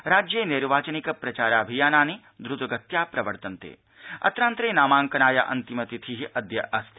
राज्यर्तिर्वाचनिक प्रचाराभियानानि द्रतगत्या प्रवर्तन्ता अत्रान्तरा नामांकनाय अन्तिमतिथि अद्य अस्ति